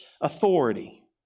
authority